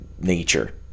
nature